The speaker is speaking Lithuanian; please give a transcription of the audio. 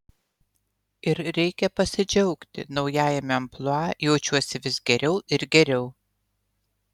ir reikia pasidžiaugti naujajame amplua jaučiuosi vis geriau ir geriau